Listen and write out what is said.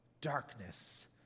darkness